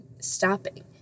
stopping